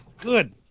Good